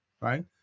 right